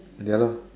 ya lor